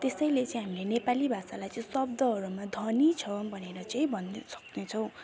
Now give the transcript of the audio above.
त्यसैले चाहिँ हामीले नेपाली भाषालाई चाहिँ शब्दहरूमा धनी छ भनेर चाहिँ भन्नु सक्नेछौँ